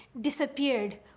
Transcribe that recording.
disappeared